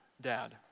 Dad